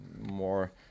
more